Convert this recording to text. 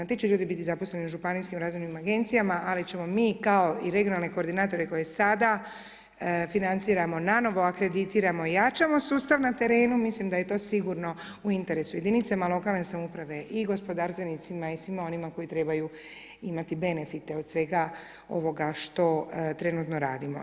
Ti će ljudi biti zaposleni u županijskim razvojnim agencijama, ali ćemo mi kao i regionalne koordinatore koje sada financiramo, nanovo akreditiramo, jačamo sustav na terenu mislim da je to sigurno u interesu jedinicama lokalne samouprave i gospodarstvenicima i svima onima koji trebaju imati benefite od svega ovoga što trenutno radimo.